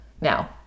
Now